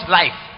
life